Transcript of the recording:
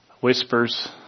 whispers